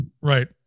Right